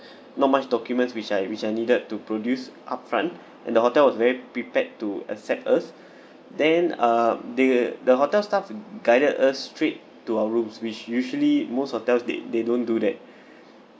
not much documents which I which are needed to produce upfront and the hotel was very prepared to accept us then uh the the hotel staff guided us straight to our rooms which usually most hotels they they don't do that